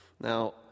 Now